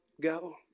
go